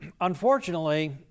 Unfortunately